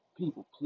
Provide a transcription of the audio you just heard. People